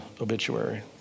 obituary